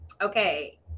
Okay